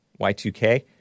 Y2K